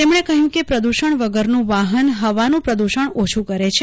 તેમણે કહ્યું કે પ્રદૂષણ વગરનું વાહન હવાનું પ્રદૂષણ ઓછું કરે છે